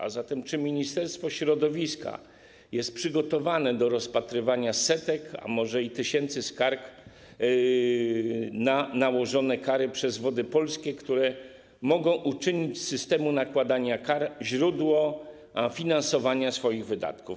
A zatem czy ministerstwo środowiska jest przygotowane do rozpatrywania setek, a może i tysięcy skarg na nałożone kary przez Wody Polskie, które mogą uczynić z systemu nakładania kar źródło finansowania swoich wydatków?